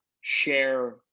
share